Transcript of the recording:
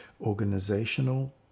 organizational